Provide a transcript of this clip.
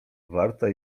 warta